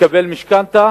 לקבל משכנתה